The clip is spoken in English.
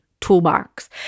toolbox